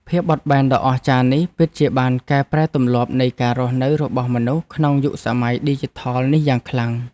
ភាពបត់បែនដ៏អស្ចារ្យនេះពិតជាបានកែប្រែទម្លាប់នៃការរស់នៅរបស់មនុស្សក្នុងយុគសម័យឌីជីថលនេះយ៉ាងខ្លាំង។